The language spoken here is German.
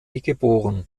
geboren